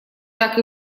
так